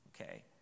okay